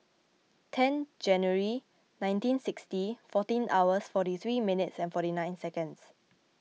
ten January nineteen sixty fourteen hours forty three minutes and forty nine seconds